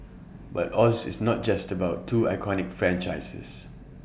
but Oz is not just about two iconic franchises